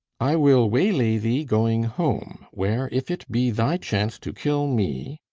i will waylay thee going home where if it be thy chance to kill me